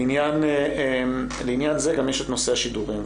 לעניין זה יש את נושא השידורים.